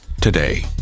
today